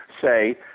say